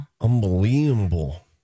Unbelievable